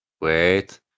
Wait